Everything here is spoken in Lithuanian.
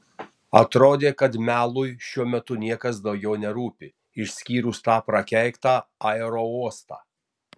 atrodė kad melui šiuo metu niekas daugiau nerūpi išskyrus tą prakeiktą aerouostą